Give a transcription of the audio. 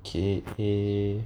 K_A